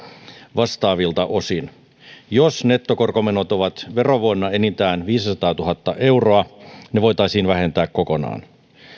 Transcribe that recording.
vastaavilta osin jos nettokorkomenot ovat verovuonna enintään viisisataatuhatta euroa ne voitaisiin vähentää kokonaan